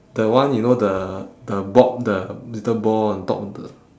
the one you know the the ba~ the little ball on top of the